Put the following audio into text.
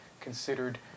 considered